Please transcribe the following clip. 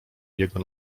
jego